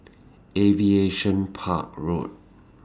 Aviation Park Road